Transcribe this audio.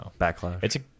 Backlash